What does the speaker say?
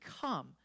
come